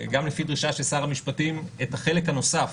גם לפי דרישה של שר המשפטים, את החלק הנוסף,